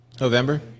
November